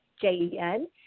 J-E-N